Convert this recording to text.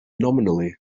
nominally